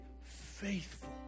faithful